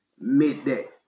midday